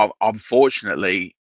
unfortunately